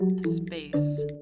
Space